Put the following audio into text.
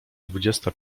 dwudziesta